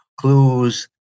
CLUES